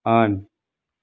on